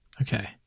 Okay